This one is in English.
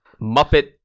Muppet